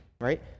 right